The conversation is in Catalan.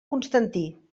constantí